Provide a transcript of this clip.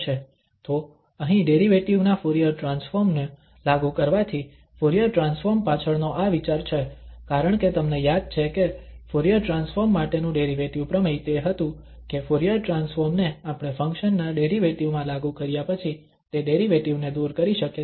તો અહીં ડેરિવેટિવ ના ફુરીયર ટ્રાન્સફોર્મ ને લાગુ કરવાથી ફુરીયર ટ્રાન્સફોર્મ પાછળનો આ વિચાર છે કારણ કે તમને યાદ છે કે ફુરીયર ટ્રાન્સફોર્મ માટેનું ડેરિવેટિવ પ્રમેય તે હતું કે ફુરીયર ટ્રાન્સફોર્મ ને આપણે ફંક્શન ના ડેરિવેટિવ માં લાગુ કર્યા પછી તે ડેરિવેટિવ ને દૂર કરી શકે છે